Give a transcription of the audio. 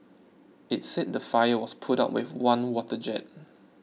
it said the fire was put out with one water jet